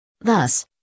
Thus